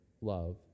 love